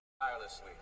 tirelessly